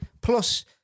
Plus